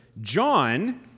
John